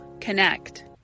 connect